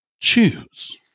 choose